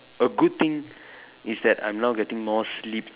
a good thing is that I'm now getting more sleep